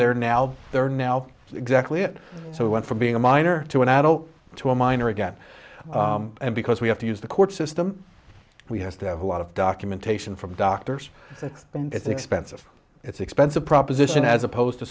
they're now there now is exactly it so we went from being a minor to an adult to a minor again because we have to use the court system we have to have a lot of documentation from doctors and it's expensive it's expensive proposition as opposed to